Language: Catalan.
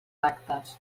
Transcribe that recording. actes